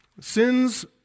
sins